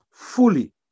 fully